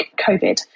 COVID